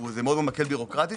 זה מאוד ממקד בירוקרטית.